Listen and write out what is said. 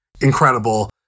incredible